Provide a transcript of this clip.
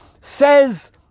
Says